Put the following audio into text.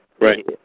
right